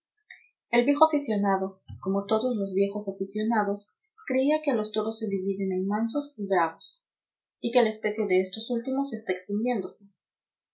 el viejo aficionado como todos los viejos aficionados creía que los toros se dividen en mansos y bravos y que la especie de estos últimos está